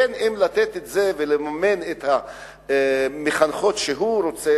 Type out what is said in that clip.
בין שהוא נותן את זה ומממן את המחנכות שהוא רוצה